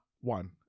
one